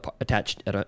attached